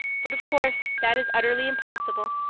but of course that is utterly impossible.